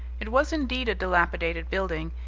it was indeed a dilapidated building,